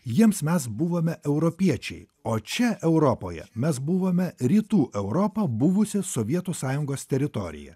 jiems mes buvome europiečiai o čia europoje mes buvome rytų europa buvusi sovietų sąjungos teritorija